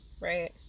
Right